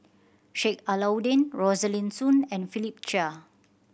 Sheik Alau'ddin Rosaline Soon and Philip Chia